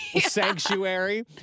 sanctuary